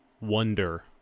Wonder